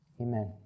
Amen